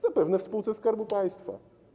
Zapewne w spółce Skarbu Państwa.